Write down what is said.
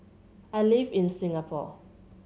I live in Singapore